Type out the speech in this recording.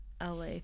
la